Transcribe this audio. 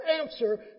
answer